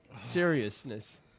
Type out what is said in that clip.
seriousness